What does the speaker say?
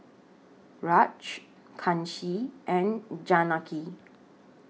Raj Kanshi and Janaki